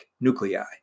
nuclei